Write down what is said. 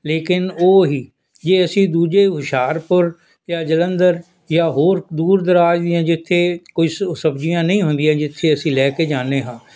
ਲੇਕਿਨ ਉਹ ਹੀ ਜੇ ਅਸੀਂ ਦੂਜੇ ਹੁਸ਼ਿਆਰਪੁਰ ਅਤੇ ਜਲੰਧਰ ਜਾਂ ਹੋਰ ਦੂਰ ਦਰਾਜ ਦੀਆਂ ਜਿੱਥੇ ਕੋਈ ਸਬਜ਼ੀਆਂ ਨਹੀਂ ਹੁੰਦੀਆਂ ਜਿੱਥੇ ਅਸੀਂ ਲੈ ਕੇ ਜਾਦੇ ਹਾਂ